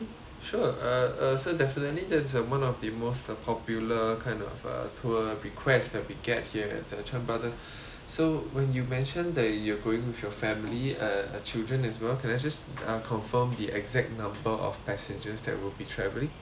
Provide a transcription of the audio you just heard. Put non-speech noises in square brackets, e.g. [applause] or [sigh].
sure uh uh so definitely that's uh one of the most uh popular kind of uh tour requests that we get here at chan brothers [breath] so when you mention that you're going with your family uh uh children as well can I just uh confirm the exact number of passengers that will be travelling